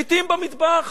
לעתים במטבח.